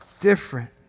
different